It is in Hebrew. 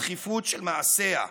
הדחיפות של מעשיה,